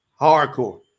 Hardcore